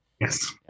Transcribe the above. Yes